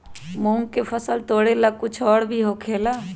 मूंग के फसल तोरेला कुछ और भी होखेला?